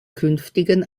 künftigen